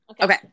okay